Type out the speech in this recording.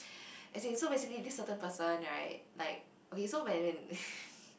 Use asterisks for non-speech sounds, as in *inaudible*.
*breath* as in basically this certain person [right] like okay so when when *breath*